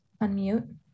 unmute